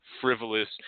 frivolous